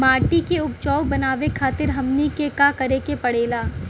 माटी के उपजाऊ बनावे खातिर हमनी के का करें के पढ़ेला?